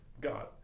God